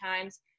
times